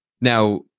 Now